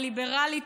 הליברלית,